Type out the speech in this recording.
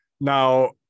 Now